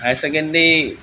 higher secondary